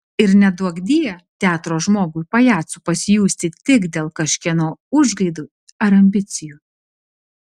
ir neduokdie teatro žmogui pajacu pasijusti tik dėl kažkieno užgaidų ar ambicijų